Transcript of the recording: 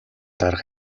дарга